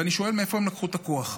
ואני שואל מאיפה הם לקחו את הכוח?